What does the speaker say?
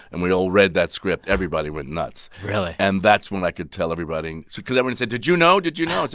and we all read that script. everybody went nuts really? and that's when i could tell everybody so because everyone said, did you know? did you know? i